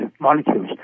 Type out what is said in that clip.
molecules